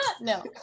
No